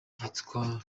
yitwa